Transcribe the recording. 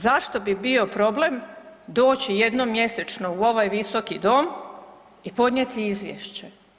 Zašto bi bio problem doći jednom mjesečno u ovaj visoki dom i podnijeti izvješće?